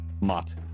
Mott